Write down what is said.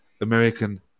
American